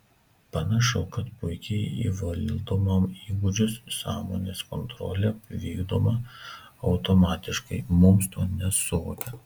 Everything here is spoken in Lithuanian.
panašu kad puikiai įvaldytam įgūdžiui sąmonės kontrolė vykdoma automatiškai mums to nesuvokiant